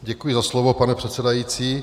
Děkuji za slovo, pane předsedající.